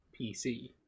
PC